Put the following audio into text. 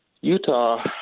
Utah